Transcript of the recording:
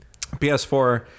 PS4